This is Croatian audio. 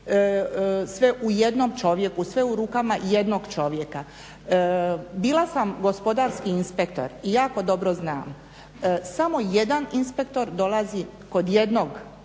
sve u jednom čovjeku, sve u rukama jednog čovjeka. Bila sam gospodarski inspektor i jako dobro znam samo jedan inspektor dolazi kod jednog poslodavca